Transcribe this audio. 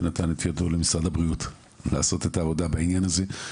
שנתן את ידו למשרד הבריאות לעשות את העבודה בעניין הזה.